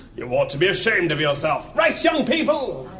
you ought to be ashamed of yourself right young people?